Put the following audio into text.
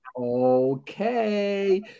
Okay